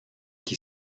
qui